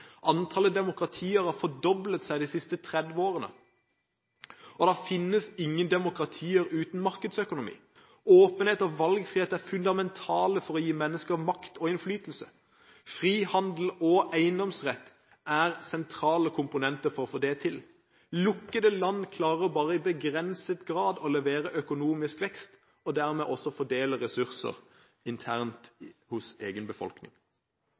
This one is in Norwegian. demokratier har fordoblet seg de siste 30 årene. Det finnes ingen demokratier uten markedsøkonomi. Åpenhet og valgfrihet er fundamentalt for å gi mennesker makt og innflytelse. Frihandel og eiendomsrett er sentrale komponenter for å få det til. Lukkede land klarer bare i begrenset grad å få til økonomisk vekst – og dermed også å fordele ressurser internt i egen befolkning.